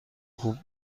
خوب